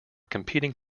competing